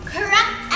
Correct